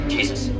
Jesus